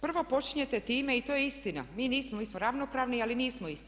Prvo počinjete time i to je istina, mi nismo, mi smo ravnopravni ali nismo isti.